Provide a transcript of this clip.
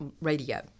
radio